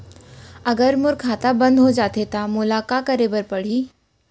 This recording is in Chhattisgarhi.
अगर मोर खाता बन्द हो जाथे त मोला का करे बार पड़हि?